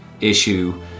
issue